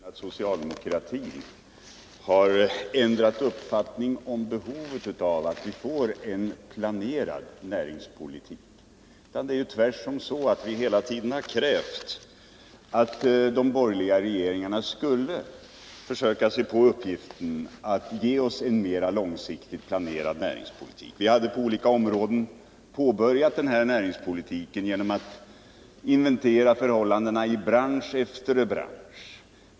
Fru talman! Det är inte på det sättet, industriministern, att socialdemokratin har ändrat uppfattning om behovet av att vi får en planerad näringspolitik. Det är tvärtom så att vi hela tiden har krävt att de borgerliga regeringarna skulle försöka sig på uppgiften att ge oss en mera långsiktigt planerad näringspolitik. Vi hade på olika områden påbörjat denna näringspolitik genom att inventera förhållandena i bransch efter bransch.